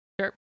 sure